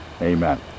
amen